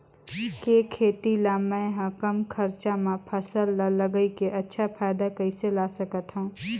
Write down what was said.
के खेती ला मै ह कम खरचा मा फसल ला लगई के अच्छा फायदा कइसे ला सकथव?